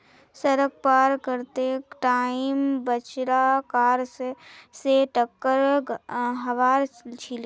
सड़क पार कर त टाइम बछड़ा कार स टककर हबार छिले